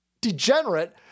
degenerate